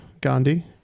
Gandhi